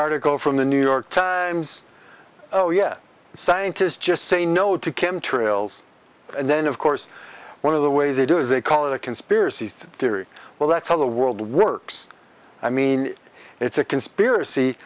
article from the new york times oh yes scientists just say no to kim trills and then of course one of the way they do is they call it a conspiracy theory well that's how the world works i mean it's a conspiracy